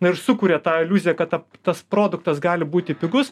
na ir sukuria tą iliuziją kad ta tas produktas gali būti pigus